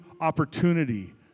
opportunity